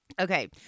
Okay